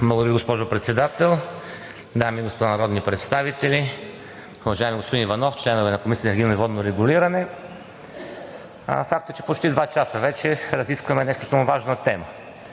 госпожо Председател. Дами и господа народни представители, уважаеми господин Иванов, членове на Комисията за енергийно и водно регулиране! Факт е, че почти два часа вече разискваме много важна тема.